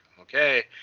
okay